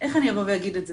איך אני אבוא ואגיד את זה.